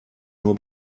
nur